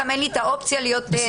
גם אין לי את האופציה להיות נוכח.